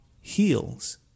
heals